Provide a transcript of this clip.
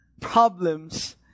problems